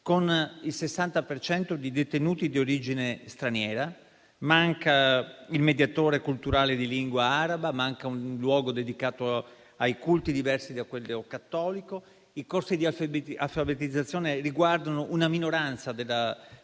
cento di detenuti di origine straniera, manca il mediatore culturale di lingua araba, così come manca un luogo dedicato ai culti diversi da quello cattolico. I corsi di alfabetizzazione riguardano una minoranza della